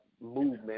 movement